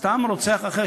סתם רוצח אחר,